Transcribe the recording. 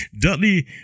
Dudley